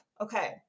Okay